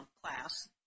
class